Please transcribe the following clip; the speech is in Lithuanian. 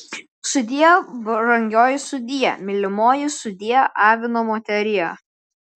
sudie brangioji sudie mylimoji sudie avino moterie